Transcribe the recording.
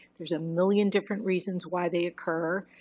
there's a million different reasons why they occur.